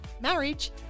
marriage